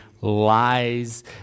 lies